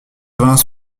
vingt